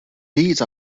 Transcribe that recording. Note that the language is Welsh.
byd